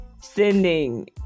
sending